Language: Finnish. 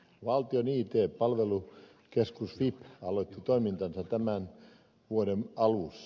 valtion it palvelukeskus vip aloitti toimintansa tämän vuoden alussa